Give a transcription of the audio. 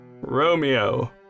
Romeo